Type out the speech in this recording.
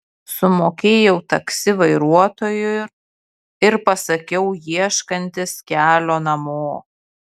sumokėjau taksi vairuotojui ir pasakiau ieškantis kelio namo